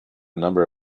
number